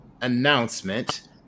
announcement